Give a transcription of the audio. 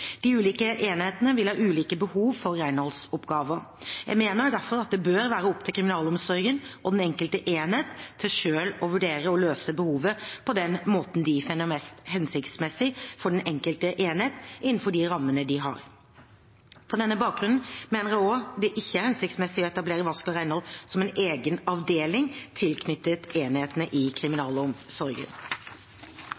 De ulike enhetene vil ha ulike behov for renholdsoppgaver. Jeg mener derfor at det bør være opp til kriminalomsorgen og den enkelte enhet selv å vurdere å løse behovet på den måten de finner mest hensiktsmessig for den enkelte enhet, innenfor de rammene de har. På denne bakgrunn mener jeg det ikke er hensiktsmessig å etablere vask og renhold som en egen avdeling tilknyttet enhetene i